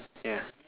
yeah